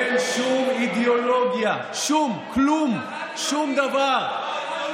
אין שום אידיאולוגיה, שום כלום, שום דבר.